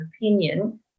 opinion